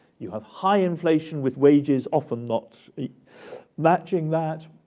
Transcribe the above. you have high inflation with wages often not matching that.